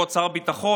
כבוד שר הביטחון,